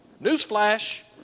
Newsflash